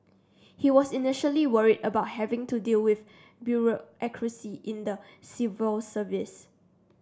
he was initially worried about having to deal with bureaucracy in the civil service